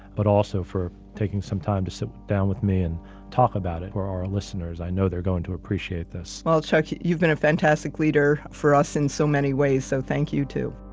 but also for taking some time to sit down with me and talk about it for listeners. i know they're going to appreciate this. well, chuck, you've been a fantastic leader for us in so many ways, so thank you too.